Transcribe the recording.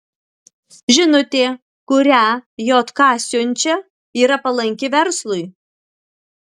žinutė kurią jk siunčia yra palanki verslui